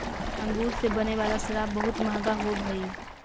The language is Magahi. अंगूर से बने वाला शराब बहुत मँहगा होवऽ हइ